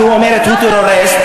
שהיא אומרת שהוא טרוריסט,